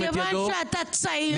אתם וחברי הליכוד שותקים.